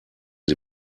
sie